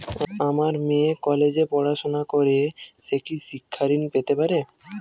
আমার মেয়ে কলেজে পড়াশোনা করে সে কি শিক্ষা ঋণ পেতে পারে?